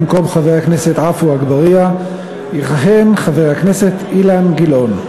במקום חבר הכנסת עפו אגבאריה יכהן חבר הכנסת אילן גילאון.